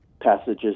passages